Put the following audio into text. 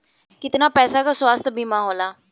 कितना पैसे का स्वास्थ्य बीमा होला?